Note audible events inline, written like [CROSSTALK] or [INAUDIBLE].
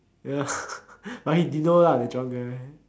ya [LAUGHS] but he didn't know lah the drunk guy